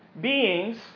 beings